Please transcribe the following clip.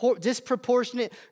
disproportionate